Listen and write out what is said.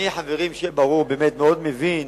חברים, שיהיה ברור, אני מאוד מבין